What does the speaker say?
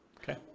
Okay